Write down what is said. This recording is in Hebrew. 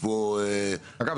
אגב,